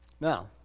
Now